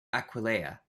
aquileia